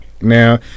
Now